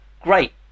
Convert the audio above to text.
great